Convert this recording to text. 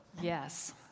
Yes